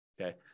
Okay